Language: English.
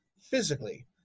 physically